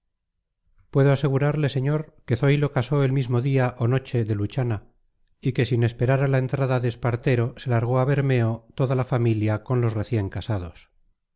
puedo asegurarle señor que zoilo casó el mismo día o noche de luchana y que sin esperar a la entrada de espartero se largó a bermeo toda la familia con los recién casados